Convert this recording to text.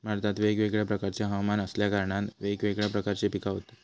भारतात वेगवेगळ्या प्रकारचे हवमान असल्या कारणान वेगवेगळ्या प्रकारची पिका होतत